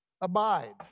abide